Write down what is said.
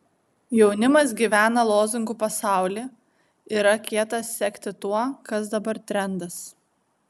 jaunimas gyvena lozungų pasauly yra kieta sekti tuo kas dabar trendas